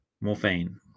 Morphine